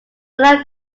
varied